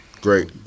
Great